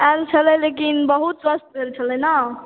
आयल छलैय लेकिन बहुत कष्ट भेल छलै ने